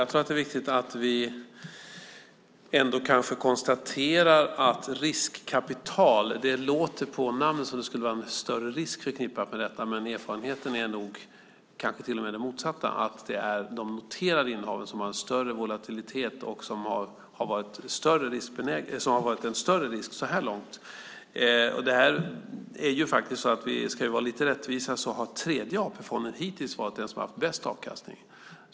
Fru talman! Riskkapital låter som om det skulle vara medföra en större risk, men erfarenheten är kanske till och med den motsatta. Det är de noterade innehaven som har en större volatilitet och som har varit en större risk så här långt. Ska vi vara lite rättvisa så har Tredje AP-fonden hittills varit den som har haft bäst avkastning.